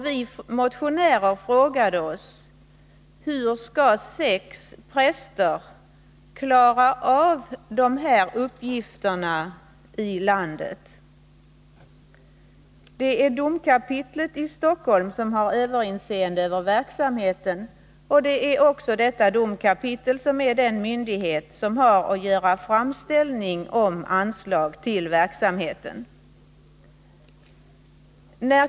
Vi motionärer frågade oss: Hur skall sex präster kunna klara av de här uppgifterna i landet? Det är domkapitlet i Stockholm som har överinseendet över verksamheten. Domkapitlet i Stockholm är också den myndighet som har att göra framställning om anslag till verksamheten.